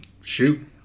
Shoot